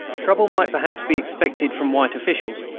trouble might perhaps be expected from white officials,